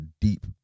deep